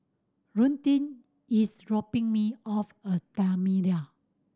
Daunte is dropping me off a Madeira